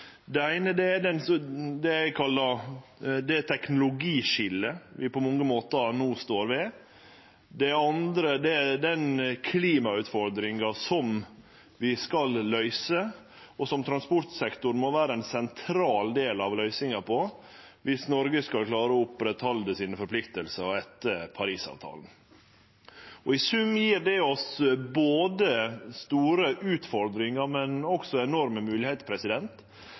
Det eine er det teknologiskiljet vi på mange måtar no står ved. Det andre er den klimautfordringa som vi skal løyse, og der transportsektoren må vere ein sentral del av løysinga dersom Noreg skal klare å stå ved forpliktingane sine etter Parisavtalen. I sum gjev det oss store utfordringar, men også enorme